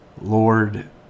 Lord